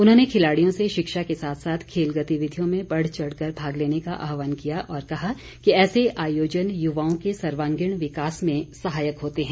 उन्होंने खिलाड़ियों से शिक्षा के साथ साथ खेल गतिविधियों में बढ़ चढ़कर भाग लेने का आहवान किया और कहा कि ऐसे आयोजन युवाओं के सर्वागीण विकास में सहायक होते हैं